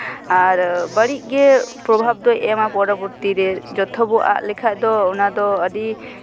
ᱟᱨ ᱵᱟᱹᱲᱤᱡ ᱜᱮ ᱯᱨᱚᱵᱷᱟᱵᱽ ᱫᱚᱭ ᱮᱢᱟ ᱯᱚᱨᱚᱵᱚᱨᱛᱤ ᱨᱮ ᱡᱚᱛᱚ ᱵᱚᱱ ᱟᱫ ᱞᱮᱠᱷᱟᱱ ᱫᱚ ᱚᱱᱟ ᱫᱚ ᱟᱹᱰᱤ